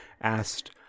asked